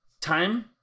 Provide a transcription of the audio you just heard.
time